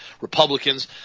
Republicans